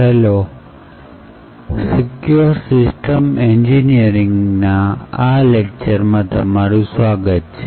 hello system એન્જિનિયરિંગના કોર્સના આ લેક્ચરમાં તમારું સ્વાગત છે